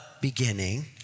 beginning